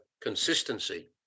consistency